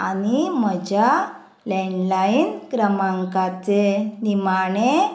आनी म्हज्या लँडलायन क्रमांकाचे निमाणे